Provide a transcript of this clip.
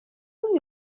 اون